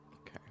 Okay